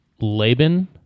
Laban